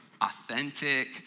authentic